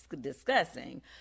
discussing